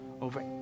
over